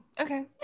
okay